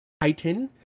Titan